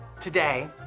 Today